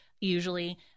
usually